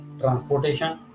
transportation